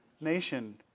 nation